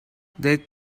they